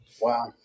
Wow